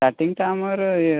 starting ତ ଆମର